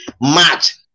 match